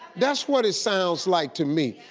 that's what it sounds like to me.